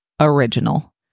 original